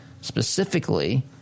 specifically